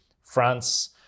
France